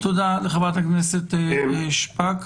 תודה לחברת הכנסת שפק.